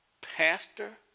Pastor